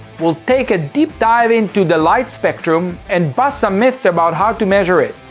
we'll take a deep dive into the light spectrum and bust some myths about how to measure it.